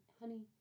honey